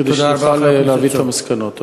כדי שנוכל להביא את המסקנות.